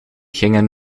gingen